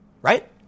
right